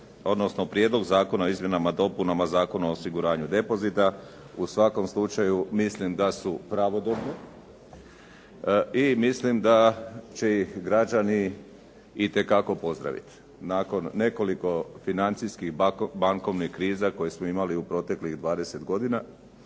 odnosno Prijedlog zakona o izmjenama i dopunama Zakona o osiguranju depozita. U svakom slučaju mislim da su pravodobno i mislim da će građani i te kako pozdraviti nakon nekoliko financijskih bankovnih kriza koje smo imali u proteklih 20 godina,